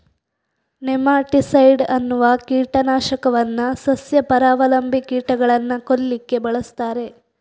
nematicide ಅನ್ನುವ ಕೀಟ ನಾಶಕವನ್ನ ಸಸ್ಯ ಪರಾವಲಂಬಿ ಕೀಟಗಳನ್ನ ಕೊಲ್ಲಿಕ್ಕೆ ಬಳಸ್ತಾರೆ